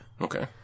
Okay